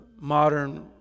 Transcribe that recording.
modern